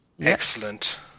excellent